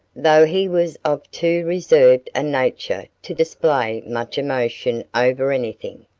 though he was of too reserved a nature to display much emotion over anything.